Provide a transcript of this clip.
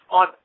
on